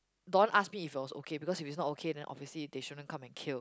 Don asked me if it was okay because if it's not okay then obviously they shouldn't come and kill